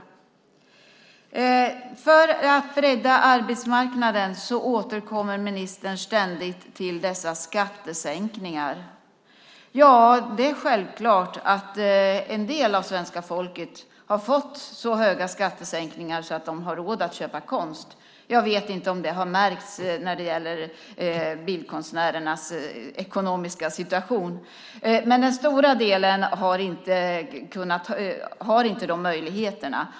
På frågan om att bredda arbetsmarknaden återkommer ministern ständigt till skattesänkningar. Det är självklart att en del av svenska folket har fått så höga skattesänkningar att de har råd att köpa konst. Jag vet inte om det har märkts på bildkonstnärernas ekonomiska situation. Den stora delen av befolkningen har inte de möjligheterna.